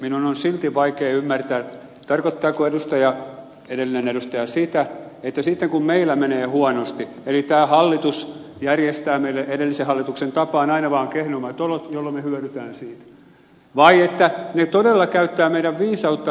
minun on silti vaikea ymmärtää tarkoittaako edellinen edustaja sitä kun meillä menee huonosti eli sitä että tämä hallitus järjestää meille edellisen hallituksen tapaan aina vaan kehnommat olot jolloin me hyödymme siitä vai sitä että ne todella käyttävät meidän viisauttamme hyväksi